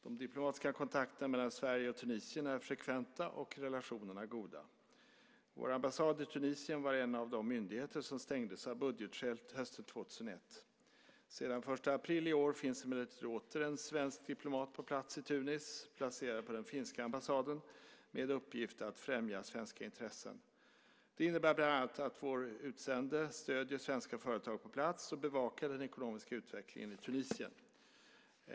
De diplomatiska kontakterna mellan Sverige och Tunisien är frekventa och relationerna goda. Vår ambassad i Tunisien var en av de myndigheter som stängdes av budgetskäl hösten 2001. Sedan den 1 april i år finns emellertid åter en svensk diplomat på plats i Tunis, placerad på den finska ambassaden, med uppgift att främja svenska intressen. Det innebär bland annat att vår utsände stöder svenska företag på plats och bevakar den ekonomiska utvecklingen i Tunisien.